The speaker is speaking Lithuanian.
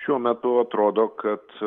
šiuo metu atrodo kad